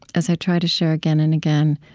as i try to share again and again,